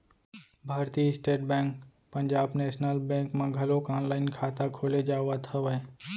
भारतीय state bank Punjab national bank म घलोक ऑनलाईन खाता खोले जावत हवय